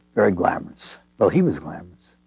very glamorous. well he was glamorous.